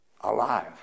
alive